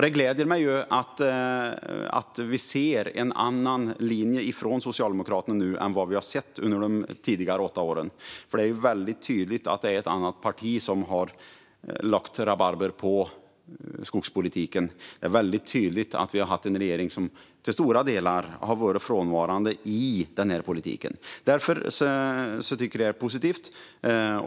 Det gläder mig att vi ser en annan linje från Socialdemokraterna nu än vad vi såg under de föregående åtta åren. Det är väldigt tydligt att det var ett annat parti som lade rabarber på skogspolitiken då och att vi hade en regering som i stora delar var frånvarande i den här politiken. Därför tycker jag att detta är positivt.